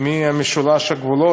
ממשולש הגבולות.